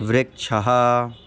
वृक्षः